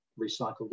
recycled